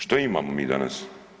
Što imamo mi danas?